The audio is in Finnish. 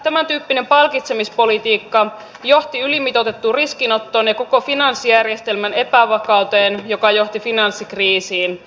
tämäntyyppinen palkitsemispolitiikka johti ylimitoitettuun riskinottoon ja koko finanssijärjestelmän epävakauteen mikä johti finanssikriisiin